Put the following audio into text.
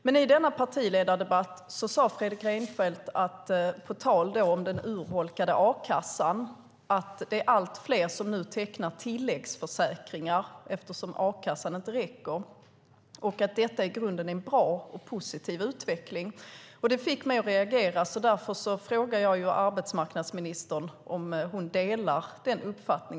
Men i denna partiledardebatt sade Fredrik Reinfeldt, på tal om den urholkade a-kassan, att det är allt fler som nu tecknar tilläggsförsäkringar eftersom a-kassan inte räcker och att detta i grunden är en bra och positiv utveckling. Det fick mig att reagera. Därför frågar jag arbetsmarknadsministern om hon delar denna uppfattning.